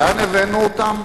לאן הבאנו אותם?